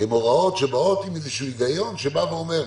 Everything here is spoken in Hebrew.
הן הוראות שבאות עם איזה היגיון שאומר: